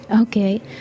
Okay